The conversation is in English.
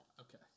Okay